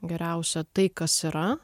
geriausią tai kas yra